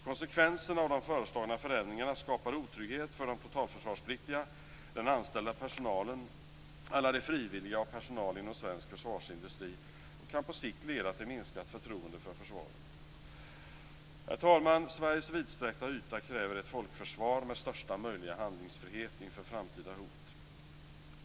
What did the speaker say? Konsekvenserna av de föreslagna förändringarna skapar otrygghet för de totalförsvarspliktiga, den anställda personalen, alla de frivilliga och personal inom svensk försvarsindustri, och kan på sikt leda till minskat förtroende för försvaret. Herr talman! Sveriges vidsträckta yta kräver ett folkförsvar med största möjliga handlingsfrihet inför framtida hot.